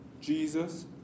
Jesus